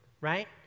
Right